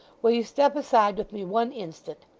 will you step aside with me one instant.